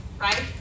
right